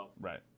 right